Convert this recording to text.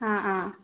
ആ ആ